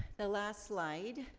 the last slide,